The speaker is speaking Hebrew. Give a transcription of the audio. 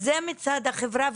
זה מצד החברה,